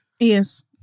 Yes